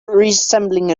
resembling